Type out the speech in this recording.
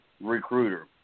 recruiter